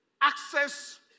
access